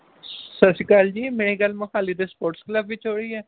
ਸਤਿ ਸ਼੍ਰੀ ਅਕਾਲ ਜੀ ਮੇਰੀ ਗੱਲ ਮੋਹਾਲੀ ਦੇ ਸਪੋਰਟਸ ਕਲੱਬ ਵਿੱਚ ਹੋ ਰਹੀ ਹੈ